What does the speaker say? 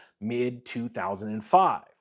mid-2005